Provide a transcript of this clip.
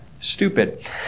stupid